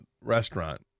restaurant